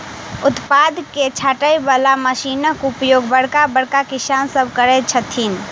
उत्पाद के छाँटय बला मशीनक उपयोग बड़का बड़का किसान सभ करैत छथि